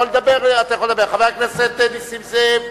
חבר הכנסת נסים זאב,